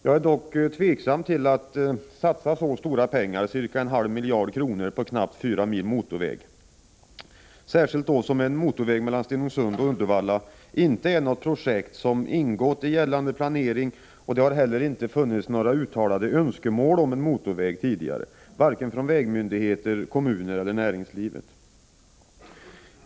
Jag är dock tveksam till en sådan här stor satsning — ca 0,5 miljarder kronor — på en knappt fyra mil lång motorväg, särskilt som en motorväg mellan Stenungsund och Uddevalla inte är något projekt som ingått i gällande planering. Det har heller inte funnits några uttalade önskemål om en motorväg tidigare från vare sig vägmyndigheter, kommuner eller näringslivet.